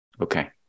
Okay